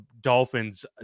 Dolphins